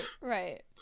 right